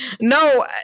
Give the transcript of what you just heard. No